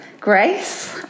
Grace